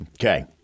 Okay